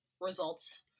results